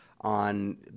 on